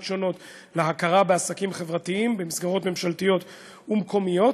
שונות להכרה בעסקים חברתיים במסגרות ממשלתיות ומקומיות